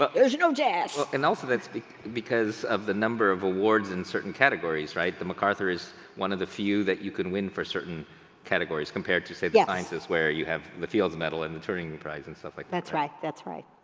ah there's no you know jazz. and also, that's because of the number of awards in certain categories, right? the macarthur is one of the few that you can win for certain categories compared to say the yeah sciences where you have the fields medal and the turing prize and stuff like that. that's right, that's right.